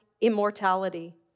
immortality